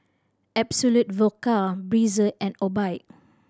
Absolut Vodka Breezer and Obike